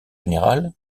général